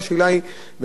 למה זה קורה,